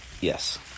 yes